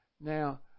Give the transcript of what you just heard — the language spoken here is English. Now